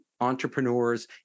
entrepreneurs